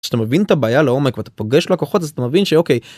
כשאתה מבין את הבעיה לעומק ואתה פוגש לקוחות אז אתה מבין שאוקיי,